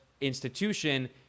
institution